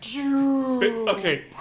Okay